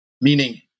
meaning